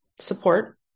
support